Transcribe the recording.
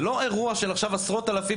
זה לא אירוע של עכשיו עשרות אלפים,